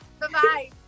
bye-bye